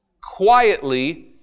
quietly